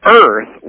earth